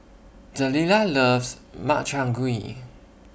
Delila loves Makchang Gui